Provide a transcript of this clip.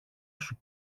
σου